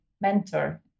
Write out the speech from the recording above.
mentor